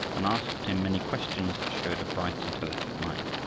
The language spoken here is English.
and asked him many questions that showed a bright, intelligent mind.